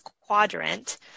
quadrant